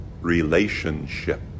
Relationship